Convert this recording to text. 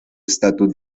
estatus